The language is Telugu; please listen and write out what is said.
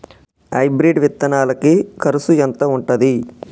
హైబ్రిడ్ విత్తనాలకి కరుసు ఎంత ఉంటది?